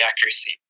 accuracy